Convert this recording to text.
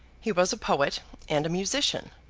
he was a poet and a musician.